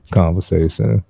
conversation